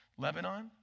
Lebanon